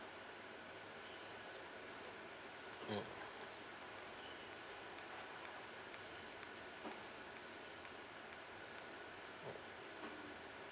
mm